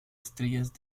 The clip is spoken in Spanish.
estrellas